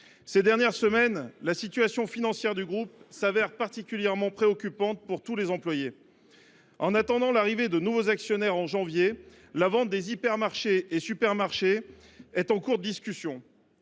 quelques semaines, la situation financière du groupe est devenue particulièrement préoccupante pour tous les employés. En attendant l’arrivée de nouveaux actionnaires en janvier prochain, la vente des hypermarchés et supermarchés est en discussion.